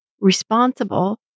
responsible